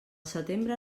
setembre